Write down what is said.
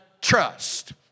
trust